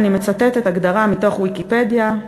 אני מצטטת הגדרה מתוך "ויקיפדיה",